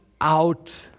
out